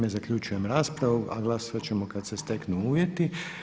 Time zaključujem raspravu, a glasovat ćemo kada se steknu uvjeti.